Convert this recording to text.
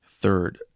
Third